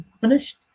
finished